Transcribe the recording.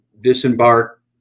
disembark